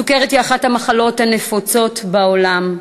הסוכרת היא אחת המחלות הנפוצות בעולם,